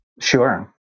Sure